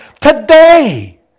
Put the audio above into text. Today